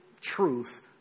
truth